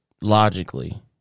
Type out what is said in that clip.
logically